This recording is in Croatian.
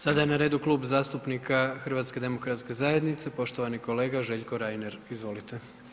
Sada je na redu Klub zastupnika HDZ-a, poštovani kolega Željko Reiner, izvolite.